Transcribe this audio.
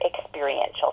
experiential